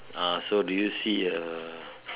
ah so do you see a